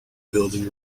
building